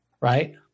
right